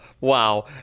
Wow